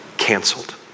canceled